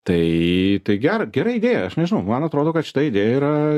tai tai gera gera idėja aš nežinau man atrodo kad šita idėja yra